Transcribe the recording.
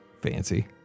Fancy